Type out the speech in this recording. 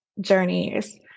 Journeys